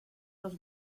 los